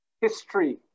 history